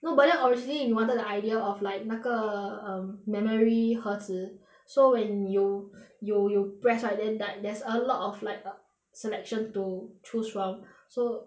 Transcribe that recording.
no but then originally you wanted the idea of like 那个 um memory 盒子 so when you you you press right then tha~ there's a lot like a selection to choose from so